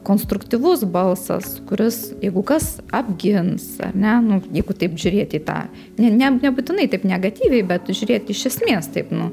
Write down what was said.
konstruktyvus balsas kuris jeigu kas apgins ar ne nu jeigu taip žiūrėti į tą ne ne nebūtinai taip negatyviai bet žiūrėti iš esmės taip nu